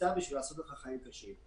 סתם בשביל לעשות לך חיים קשים.